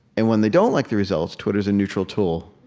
and when they don't like the results, twitter is a neutral tool.